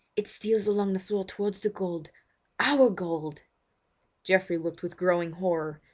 it steals along the floor towards the gold our gold geoffrey looked with growing horror,